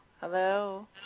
Hello